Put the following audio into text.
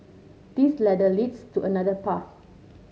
this ladder leads to another path